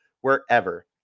wherever